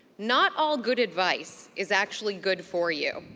not all good advice is actually good for you.